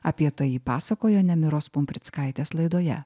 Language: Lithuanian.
apie tai ji pasakojo nemiros pumprickaitės laidoje